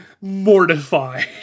mortified